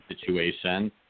situation